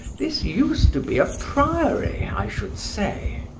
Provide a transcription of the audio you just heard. this used to be a priory, i should say,